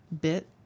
bit